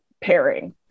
pairing